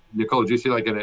because you see like and